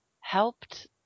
helped